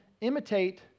imitate